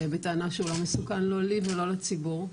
בטענה שהוא לא מסוכן לא לי ולא לציבור,